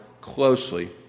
closely